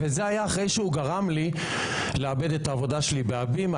וזה היה אחרי שהוא גרם לי לאבד את העבודה שלי בהבימה,